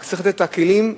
רק צריך לתת את הכלים,